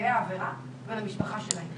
לנפגעי העבירה והמשפחה שלהם.